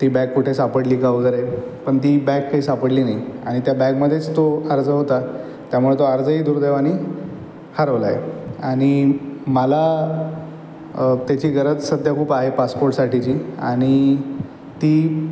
ती बॅग कुठे सापडली का वगैरे पण ती बॅग काही सापडली नाही आणि त्या बॅगमध्येच तो अर्ज होता त्यामुळं तो अर्जही दुर्दैवानी हरवला आहे आणि मला त्याची गरज सध्या खूप आहे पासपोर्टसाठीची आणि ती